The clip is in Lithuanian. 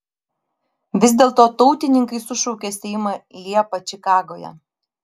vis dėlto tautininkai sušaukė seimą liepą čikagoje